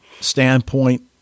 standpoint